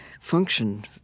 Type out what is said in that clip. function